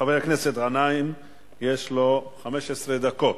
לחבר הכנסת גנאים יש 15 דקות,